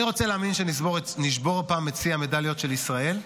רוצה להאמין שנשבור הפעם את שיא המדליות של ישראל.